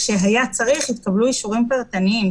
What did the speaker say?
כשהיה צריך התקבלו אישורים פרטניים.